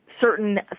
certain